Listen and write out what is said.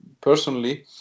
personally